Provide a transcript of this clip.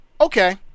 Okay